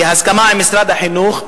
בהסכמה עם משרד החינוך,